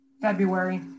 February